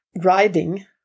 riding